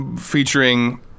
featuring